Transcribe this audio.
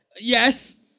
Yes